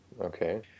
Okay